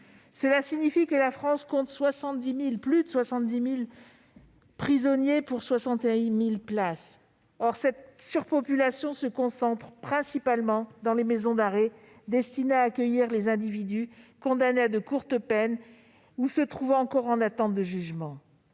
Cela signifie que la France compte plus de 70 000 prisonniers pour 61 000 places. Or cette surpopulation se concentre principalement dans les maisons d'arrêt destinées à accueillir les individus condamnés à de courtes peines de prison ou se trouvant encore en attente de leur jugement.